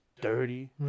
dirty